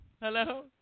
Hello